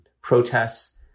protests